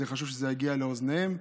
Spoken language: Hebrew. חשוב שזה יגיע לאוזניהם.